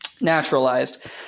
naturalized